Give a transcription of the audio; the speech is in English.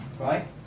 Right